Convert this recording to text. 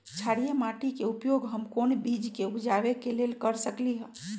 क्षारिये माटी के उपयोग हम कोन बीज के उपजाबे के लेल कर सकली ह?